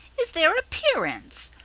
is their appearance.